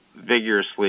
vigorously